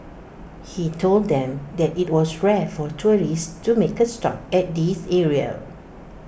he told them that IT was rare for tourists to make A stop at this area